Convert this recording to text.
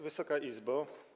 Wysoka Izbo!